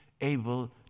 able